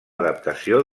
adaptació